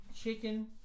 chicken